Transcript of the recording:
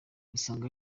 usanga